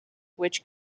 which